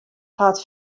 hat